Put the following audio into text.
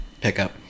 pickup